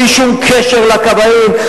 בלי שום קשר לכבאים,